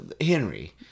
Henry